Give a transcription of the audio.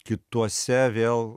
kituose vėl